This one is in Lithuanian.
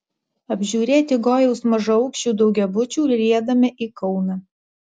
apžiūrėti gojaus mažaaukščių daugiabučių riedame į kauną